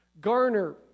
Garner